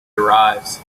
arrives